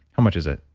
how much is it?